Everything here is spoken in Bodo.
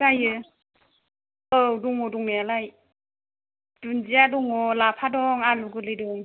जायो औ दङ दंनायालाय दुन्दिया दङ लाफा दं आलु गोरलै दं